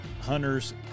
hunters